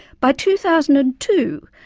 by two thousand and two,